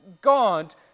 God